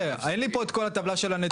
אין לי פה את כל הטבלה של הנתונים.